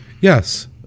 Yes